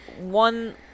one